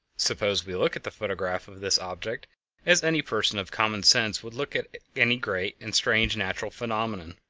suppose we look at the photograph of this object as any person of common sense would look at any great and strange natural phenomenon.